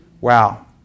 wow